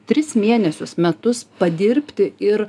tris mėnesius metus padirbti ir